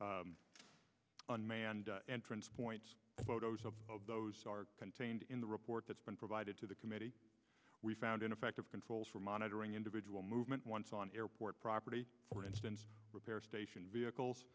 unmanned entrance points photos of those are contained in the report that's been provided to the committee we found in effect of controls for monitoring individual movement once on airport property for instance repair station vehicles